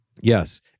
Yes